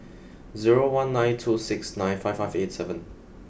zero one nine two six nine five five eight seven